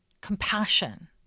compassion